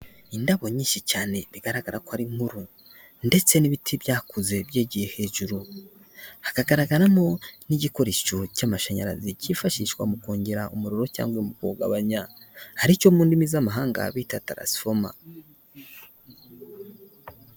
Indabo nyinshi cyane bigaragara ko ari nkuru ndetse n'ibiti byakoze byegiye hejuru hakagaragaramo n'igikoresho cy'amashanyarazi cyifashishwa mu kongera umuriro cyangwa kugabanya aricyo mu ndimi z'amahanga bita tarasifoma.